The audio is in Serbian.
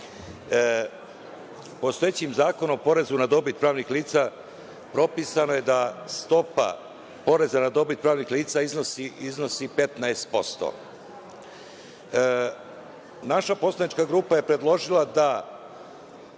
postojećim Zakonom o porezu na dobit pravnih lica propisano je da stopa poreza na dobit pravnih lica iznosi 15%. Naša poslanička grupa je predložila da